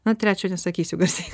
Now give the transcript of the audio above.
na trečio nesakysiu garsiai